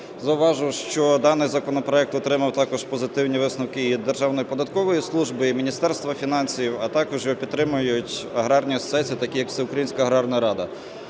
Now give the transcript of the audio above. Зауважу, що даний законопроект отримав також позитивні висновки і Державної податкової служби, і Міністерства фінансів. А також його підтримують аграрні асоціації такі як Всеукраїнська аграрна рада.